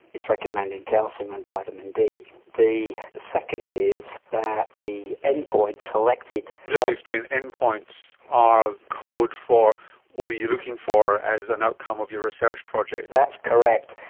it's recommending calcium and vitamin d. the second is that the end point selected. just to explain, end points are code for what are you looking for as an outcome of your research project. that's correct,